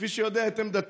כפי שאתה יודע את עמדתי,